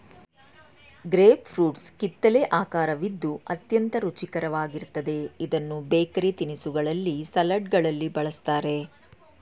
grape fruits ಕಿತ್ತಲೆ ಆಕರವಿದ್ದು ಅತ್ಯಂತ ರುಚಿಕರವಾಗಿರುತ್ತದೆ ಇದನ್ನು ಬೇಕರಿ ತಿನಿಸುಗಳಲ್ಲಿ, ಸಲಡ್ಗಳಲ್ಲಿ ಬಳ್ಸತ್ತರೆ